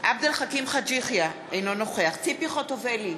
עבד אל חכים חאג' יחיא, אינו נוכח ציפי חוטובלי,